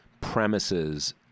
premises